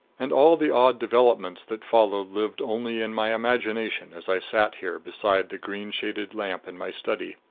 and all the odd developments that followed lived only in my imagination as i sat here beside the green-shaded lamp in my study,